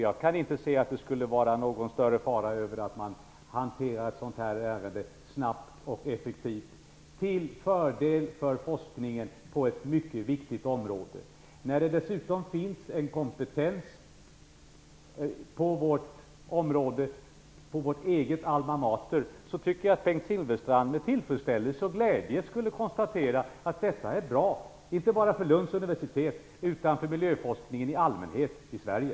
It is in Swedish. Jag anser inte att det skulle innebära någon större fara att hantera ett sådant här ärende snabbt och effektivt till fördel för forskningen på ett mycket viktigt område. Dessutom finns det ju en kompetens på vårt eget område, alma mater. Därför tycker jag att Bengt Silfverstrand med tillfredsställelse och glädje skulle konstatera att detta är bra, inte bara för Lunds universitet utan för miljöforskningen i allmänhet i Sverige.